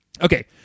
okay